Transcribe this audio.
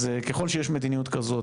אז ככול שיש מדיניות כזאת,